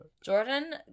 Jordan